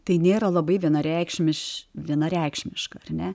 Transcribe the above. tai nėra labai vienareikšmiš vienareikšmiška ar ne